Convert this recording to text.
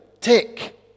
Tick